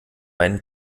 einen